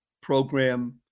program